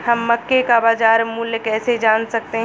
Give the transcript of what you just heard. हम मक्के का बाजार मूल्य कैसे जान सकते हैं?